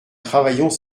travaillons